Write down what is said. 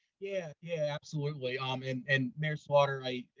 yeah, yeah, absolutely. um and and mayor slaughter